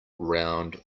round